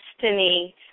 destiny